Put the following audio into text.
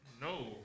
No